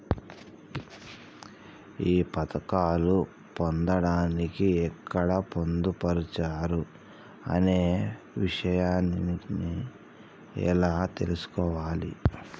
ఈ పథకాలు పొందడానికి ఎక్కడ పొందుపరిచారు అనే విషయాన్ని ఎలా తెలుసుకోవాలి?